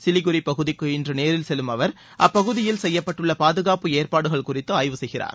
சிலிகுரி பகுதிக்கு இன்று நேரில் செல்லும் அவர் அப்பகுதியில் செய்யப்பட்டுள்ள பாதுகாப்பு ஏற்பாடுகள் குறித்து ஆய்வு செய்கிறார்